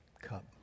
cup